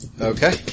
Okay